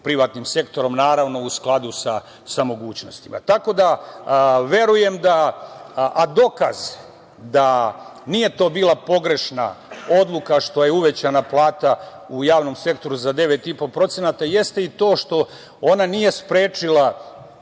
privatnim sektorom, naravno, u skladu sa mogućnostima. Tako da verujem da, a dokaz da nije to bila pogrešna odluka što je uvećana plata u javnom sektoru za 9,5%, jeste i to što ona nije sprečila